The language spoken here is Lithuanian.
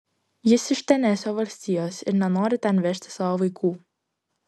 jis iš tenesio valstijos ir nenori ten vežti savo vaikų